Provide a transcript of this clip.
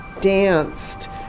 danced